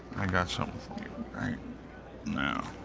i got something for you right now.